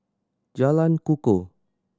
Jalan Kukoh